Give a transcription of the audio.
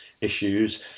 issues